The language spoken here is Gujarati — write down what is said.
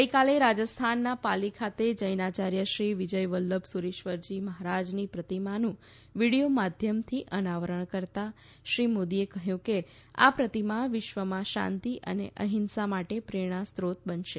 ગઈકાલે રાજસ્થાનના પાલી ખાતે જૈનાચાર્ય શ્રી વિજય વલ્લભ સુરિશ્વરજી મહારાજની પ્રતિમાનું વીડિયો માધ્યમથી અનાવરણ કરતાં શ્રી મોદીએ કહ્યું કે આ પ્રતિમા વિશ્વમાં શાંતિ અને અહિંસા માટે પ્રેરણા સ્રોત બનશે